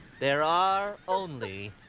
there are only,